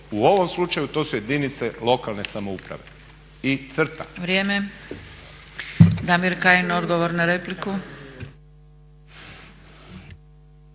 U ovom slučaju to su jedinice lokalne samouprave i crta. **Zgrebec, Dragica (SDP)** Damir Kajin, odgovor na repliku.